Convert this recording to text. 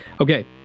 Okay